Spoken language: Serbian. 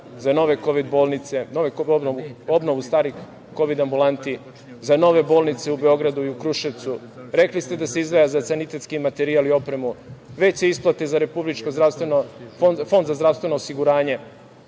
za nove Kovid bolnice, za obnovu starih Kovid ambulanti, za nove bolnice u Beogradu i u Kruševcu, rekli ste da se izdvaja za sanitetski materijal i opremu, veće isplate za Fond za zdravstveno osiguranje.